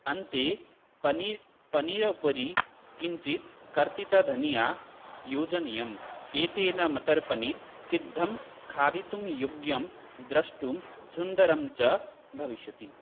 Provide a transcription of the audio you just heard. अन्ते पनीर् पनिरोपरि किञ्चित् कर्तितधनिया योजनीयम् एतेन मतर् पनीर् सिद्धं खादितुं योग्यं द्रष्टुं सुन्दरं च भविष्यति